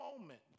moment